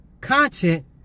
content